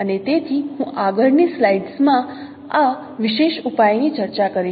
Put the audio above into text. અને તેથી હું આગળની સ્લાઇડ્સ માં આ વિશેષ ઉપાયની ચર્ચા કરીશ